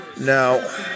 Now